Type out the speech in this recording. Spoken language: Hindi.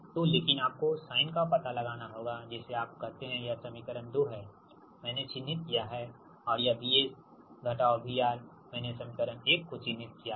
तो लेकिन आपको को साइन का पता लगाना होगा कि जिसे आप कहते हैं यह समीकरण 2 है मैंने चिह्नित किया है और यह Vs Vr मैंने समीकरण 1 को चिह्नित किया है